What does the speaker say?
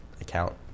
account